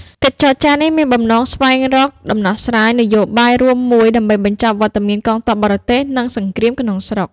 កិច្ចចរចានេះមានបំណងស្វែងរកដំណោះស្រាយនយោបាយរួមមួយ ដើម្បីបញ្ចប់វត្តមានកងទ័ពបរទេស និងសង្គ្រាមក្នុងស្រុក។